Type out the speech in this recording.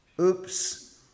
Oops